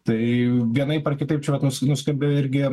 tai vienaip ar kitaip čia vat nus nuskambėjo irgi